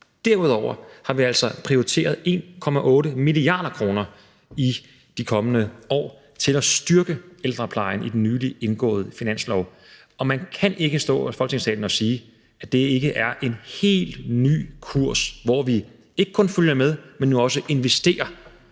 indgåede finanslov prioriteret 1,8 mia. kr. i de kommende år til at styrke ældreplejen. Og man kan ikke stå i Folketingssalen og sige, at det ikke er en helt ny kurs, hvor vi ikke kun følger med, men nu også investerer,